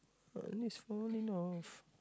is falling off